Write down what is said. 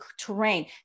terrain